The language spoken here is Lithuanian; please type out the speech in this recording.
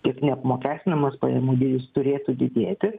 tiek neapmokestinamas pajamų dydis turėtų didėti